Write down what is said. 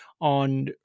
on